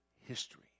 history